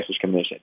commission